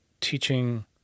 teaching